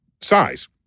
size